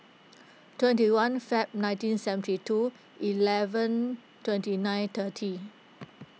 twenty one Feb nineteen seventy two eleven twenty nine thirty